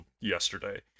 yesterday-